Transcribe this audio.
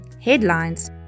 headlines